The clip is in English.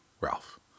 Ralph